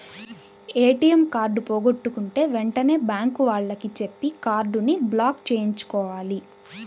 ATM card పోగొట్టుకుంటే వెంటనే bank వాళ్లకి చెప్పి కార్డుని బ్లాక్ చేయించుకోవాలి